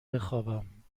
بخوابم